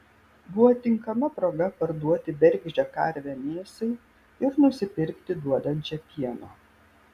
buvo tinkama proga parduoti bergždžią karvę mėsai ir nusipirkti duodančią pieno